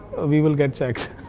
we will get cheques.